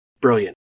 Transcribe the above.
Brilliant